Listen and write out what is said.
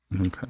Okay